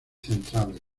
centrales